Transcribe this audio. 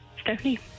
Stephanie